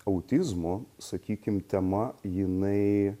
autizmo sakykim tema jinai